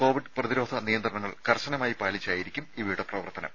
Covid ഹോട്ടലുകളും പ്രതിരോധ നിയന്ത്രണങ്ങൾ കർശനമായി പാലിച്ചായിരിക്കും ഇവയുടെ പ്രവർത്തനം